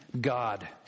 God